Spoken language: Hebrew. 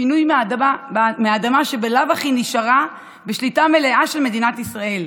פינוי מהאדמה שבלאו הכי נשארה בשליטה מלאה של מדינת ישראל,